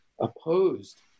opposed